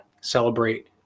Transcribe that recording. celebrate